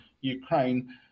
ukraine